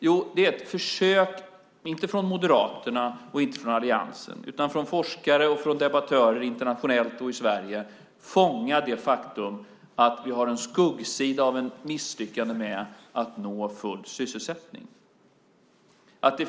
Jo, det är ett försök, inte från Moderaterna och inte från alliansen, utan från forskare och debattörer internationellt och i Sverige att fånga det faktum att vi har en skuggsida av misslyckanden med att nå full sysselsättning.